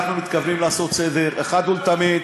אנחנו מתכוונים לעשות סדר אחת ולתמיד.